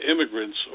immigrants